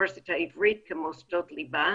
האוניברסיטה העברית כמוסדות ליבה,